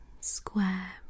square